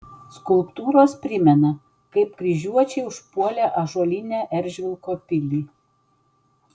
skulptūros primena kaip kryžiuočiai užpuolė ąžuolinę eržvilko pilį